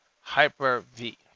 Hyper-V